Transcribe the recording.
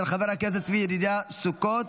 של חבר הכנסת צבי ידידיה סוכות.